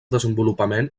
desenvolupament